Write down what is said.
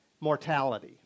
mortality